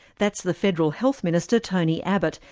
that's the federal health minister, tony abbott,